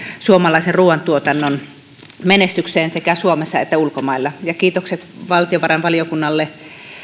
suomalaisen ruuantuotannon menestyksen puolesta sekä suomessa että ulkomailla ja kiitokset valtiovarainvaliokunnalle